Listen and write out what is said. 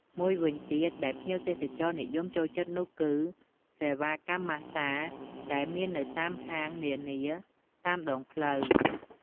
មួយវិញទៀតដែលភ្ញៀវទេសចរណ៍និយមចូលចិត្តនោះគឺ សេវាកម្មម៉ាស្សាដែលមាននៅតាមហាងនានាតាមដងផ្លូវ។